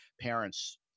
parents